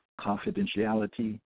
confidentiality